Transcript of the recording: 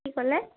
কি ক'লে